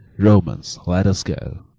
romans, let us go.